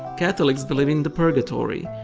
catholics believe in the purgatory,